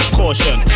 caution